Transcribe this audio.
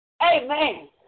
Amen